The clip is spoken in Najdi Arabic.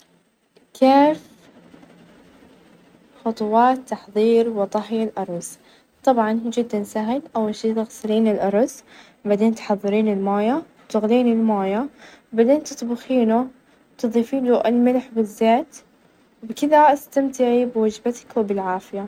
كيف خطوات تحظير وطهى الأرز؟ طبعا جدا سهل أول شي تغسلين الأرز ،بعدين تحظرين الموية، وتغلين الموية ،بعدين تطبخينه وتضيفين له الملح بالزيت، وبكذا استمتعي بوجبتك وبالعافية.